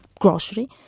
grocery